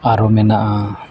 ᱟᱨᱚ ᱢᱮᱱᱟᱜᱼᱟ